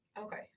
Okay